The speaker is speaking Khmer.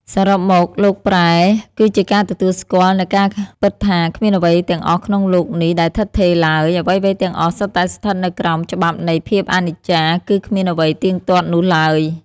សរុបមក "លោកប្រែ" គឺជាការទទួលស្គាល់នូវការពិតថា គ្មានអ្វីទាំងអស់ក្នុងលោកនេះដែលឋិតថេរឡើយ អ្វីៗទាំងអស់សុទ្ធតែស្ថិតនៅក្រោមច្បាប់នៃភាពអនិច្ចា គឺគ្មានអ្វីទៀងទាត់នោះឡើយ។